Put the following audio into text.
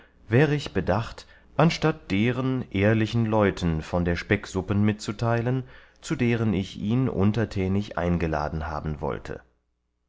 wäre ich bedacht anstatt deren ehrlichen leuten von der specksuppen mitzuteilen zu deren ich ihn untertänig eingeladen haben wollte